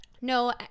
No